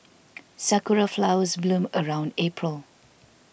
sakura flowers bloom around April